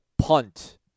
punt